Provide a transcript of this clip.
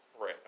Right